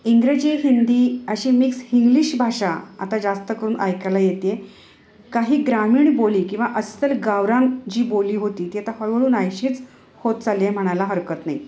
इंग्रजी हिंदी अशी मिक्स हिंग्लिश भाषा आता जास्त करून ऐकायला येते आहे काही ग्रामीण बोली किंवा अस्सल गावरान जी बोली होती ती आता हळूहळू नाहिशीच होत चालली आहे म्हणायला हरकत नाही